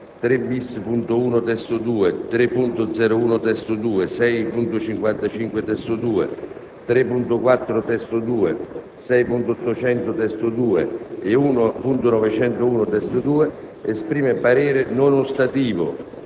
3-*bis*.l (testo 2), 3.0.1 (testo 2), 6.55 (testo 2), 3.4 (testo 2), 6.800 (testo 2) e 1.901 (testo 2), esprime parere non ostativo,